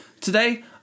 Today